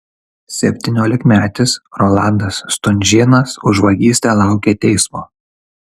septyniolikmetis rolandas stunžėnas už vagystę laukia teismo